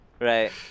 right